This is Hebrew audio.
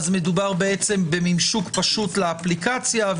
מדובר בממשוק פשוט לאפליקציה,